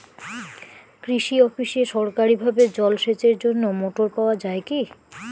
কৃষি অফিসে সরকারিভাবে জল সেচের জন্য মোটর পাওয়া যায় কি?